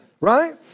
right